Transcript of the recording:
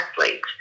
athletes